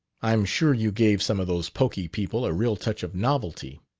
i'm sure you gave some of those poky people a real touch of novelty!